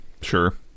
Sure